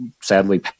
sadly